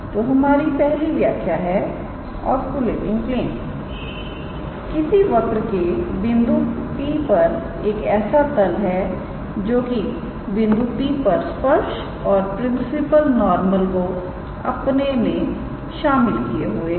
तो हमारी पहली व्याख्या है ऑस्किलेटिंग तल किसी वक्र के बिंदु P पर एक ऐसा तल है जो की बिंदु P पर स्पर्श और प्रिंसिपल नॉर्मल को अपने में शामिल किए हुए हैं